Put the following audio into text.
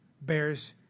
bears